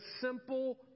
simple